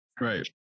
right